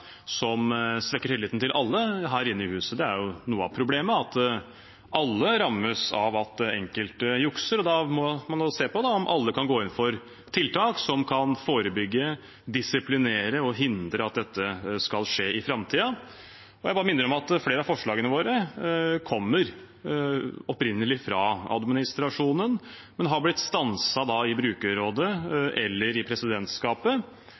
som svekker tilliten til alle her i huset. Det er noe av problemet, at alle rammes av at enkelte jukser, og da må man se på om alle kan gå inn for tiltak som kan forebygge, disiplinere og hindre at dette skal skje i framtiden. Jeg bare minner om at flere av forslagene våre opprinnelig kommer fra administrasjonen, men har blitt stanset i brukerrådet eller i presidentskapet.